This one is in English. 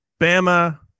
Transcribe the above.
Bama